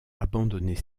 abandonner